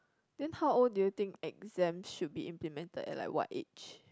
then how old do you think exams should be implemented at like what age